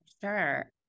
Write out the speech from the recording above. Sure